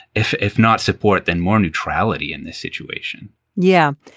if if not support, then more neutrality in this situation yeah.